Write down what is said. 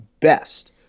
best